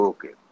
Okay